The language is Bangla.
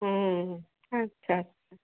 হ্যাঁ আচ্ছা আচ্ছা